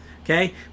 okay